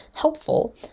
helpful